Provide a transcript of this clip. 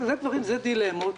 אלה דילמות.